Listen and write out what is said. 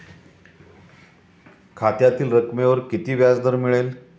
खात्यातील जमा रकमेवर किती व्याजदर मिळेल?